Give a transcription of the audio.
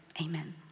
amen